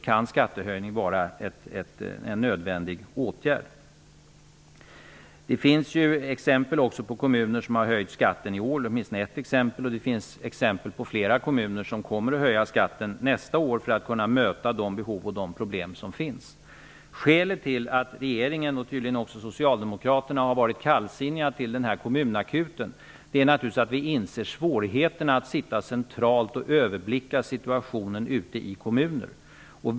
Det finns åtminstone ett exempel på en kommun som har höjt skatten i år, och det finns exempel på flera kommuner som kommer att höja skatten nästa år, för att kunna möta de behov och problem som finns. Skälet till att regeringen och tydligen också Socialdemokraterna har varit kallsinniga till förslaget om en kommunakut är naturligtvis att vi inser svårigheterna att centralt överblicka situationen ute i kommunerna.